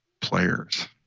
players